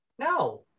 No